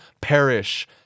perish